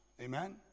Amen